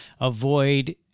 avoid